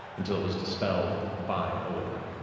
until it was dispelled by allura.